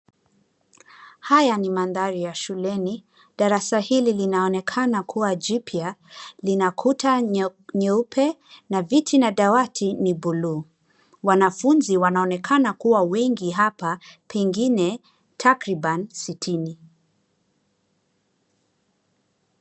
Haya ni mandhari ya shuleni, darasa hili linaonekana kuwa jipya lina kuta nyeupe na viti na dawati ni buluu. Wanafunzi wanaonekana kuwa wengi hapa pengine takriban sitini.